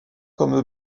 comme